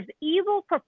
evil